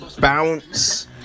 bounce